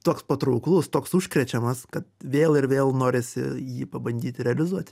toks patrauklus toks užkrečiamas kad vėl ir vėl norisi jį pabandyti realizuoti